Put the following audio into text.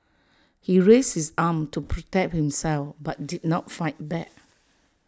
he raises his arm to protect himself but did not fight back